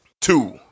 two